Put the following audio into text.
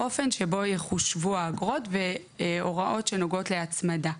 לאופן שבו יחושבו האגרות והוראות שנוגעות להצמדה.